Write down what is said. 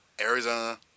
Arizona